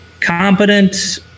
competent